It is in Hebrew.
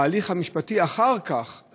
בהליך המשפטי אחר כך,